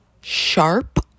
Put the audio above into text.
sharp